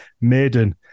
maiden